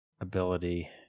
ability